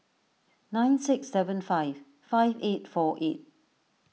nine six seven five five eight four eight